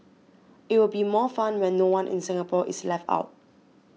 it will be more fun when no one in Singapore is left out